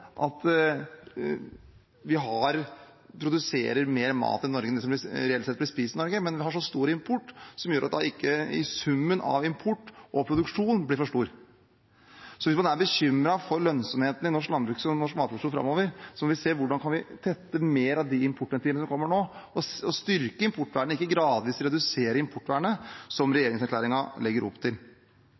sånn at vi produserer mer mat i Norge enn det som reelt sett blir spist i Norge, men vi har så stor import at summen av import og produksjon blir for stor. Hvis man er bekymret for lønnsomheten i norsk landbruk og matproduksjon framover, må vi se på hvordan vi kan tette mer av importventilene som kommer nå, og styrke importvernet – ikke gradvis redusere importvernet, som regjeringsplattformen legger opp til.